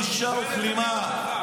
בושה וכלימה.